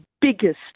biggest